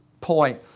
point